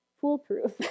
foolproof